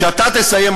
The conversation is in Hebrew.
כשאתה תסיים,